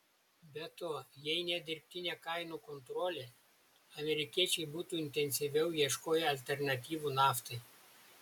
be to jei ne dirbtinė kainų kontrolė amerikiečiai būtų intensyviau ieškoję alternatyvų naftai